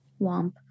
Womp